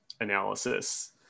analysis